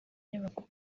nyubako